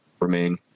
remain